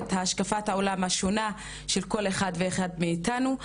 את השקפת העולם השונה של כל אחד ואחד מאיתנו.